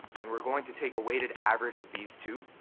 and we're going to take a weighted average of these two,